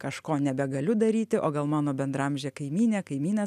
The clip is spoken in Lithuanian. kažko nebegaliu daryti o gal mano bendraamžė kaimynė kaimynas